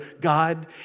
God